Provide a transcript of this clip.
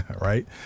Right